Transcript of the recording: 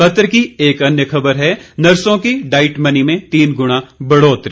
पत्र की एक अन्य खबर है नर्सों की डाइट मनी में तीन गुना बढ़ोतरी